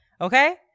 okay